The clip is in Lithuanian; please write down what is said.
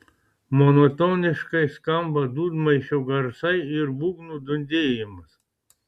monotoniškai skamba dūdmaišio garsai ir būgnų dundėjimas